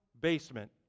basement